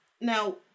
now